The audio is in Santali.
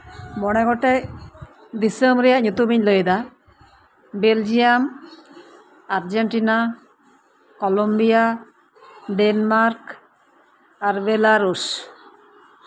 ᱢᱚᱬᱮ ᱜᱚᱴᱮᱡ ᱫᱤᱥᱟᱹᱢ ᱨᱮᱭᱟᱜ ᱧᱩᱛᱩᱢᱤᱧ ᱞᱟᱹᱭᱮᱫᱟ ᱵᱮᱞᱡᱤᱭᱟᱢ ᱟᱨᱡᱮᱱᱴᱤᱱᱟ ᱠᱚᱞᱚᱢᱵᱤᱭᱟ ᱰᱮᱱᱢᱟᱨᱠ ᱟᱨ ᱵᱮᱞᱟᱨᱩᱥ